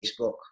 Facebook